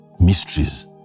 Mysteries